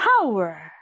power